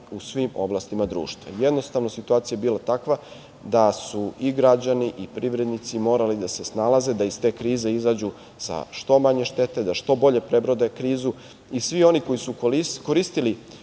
u svim oblastima društva. Jednostavno, situacija je bila takva da su i građani i privrednici morali da se snalaze da iz te krize izađu sa što manje štete, da što bolje prebrode krizu i svi oni koji su koristili